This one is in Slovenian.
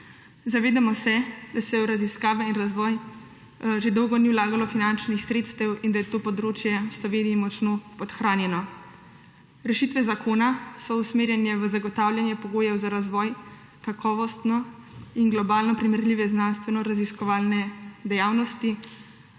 Zavedamo se, da se v raziskave in razvoj že dolgo ni vlagalo finančnih sredstev in da je to področje v Sloveniji močno podhranjeno. Rešitve zakona so usmerjene v zagotavljanje pogojev za razvoj kakovostno in globalno primerljive znanstvenoraziskovalne dejavnosti